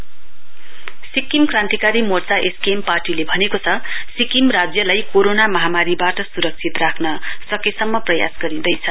SKM Sikkim Krantikari Morcha SKM पार्टीले भनेको छ सिक्किम राज्यलाई कोरोना महामारीबाट सुरक्षित राख्र सकेसम्म प्रयास गरिँदैछ